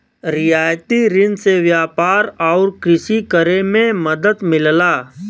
रियायती रिन से व्यापार आउर कृषि करे में मदद मिलला